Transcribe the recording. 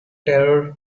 terror